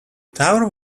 tower